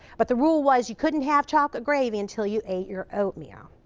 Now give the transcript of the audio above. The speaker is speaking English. but the rule was you couldn't have chocolate gravy until you ate your oatmeal.